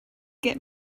get